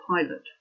pilot